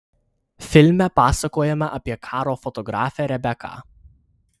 filme pasakojama apie karo fotografę rebeką